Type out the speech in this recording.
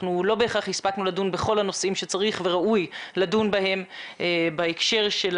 לא בהכרח הספקנו לדון בכל הנושאים שצריך וראוי לדון בהם בהקשר של